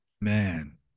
Man